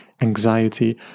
anxiety